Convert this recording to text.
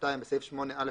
בסעיף 8(א1)